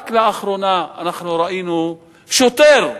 רק לאחרונה אנחנו ראינו שוטר,